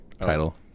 title